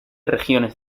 regiones